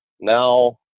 Now